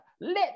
let